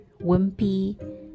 wimpy